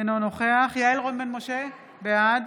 אינו נוכח יעל רון בן משה, בעד